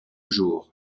jour